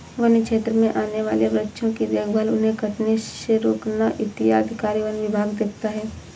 वन्य क्षेत्र में आने वाले वृक्षों की देखभाल उन्हें कटने से रोकना इत्यादि कार्य वन विभाग देखता है